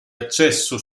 accesso